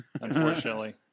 Unfortunately